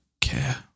care